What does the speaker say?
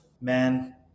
Man